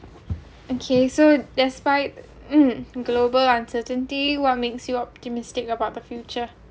okay so despite mm global uncertainty what makes you optimistic about the future